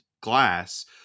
Glass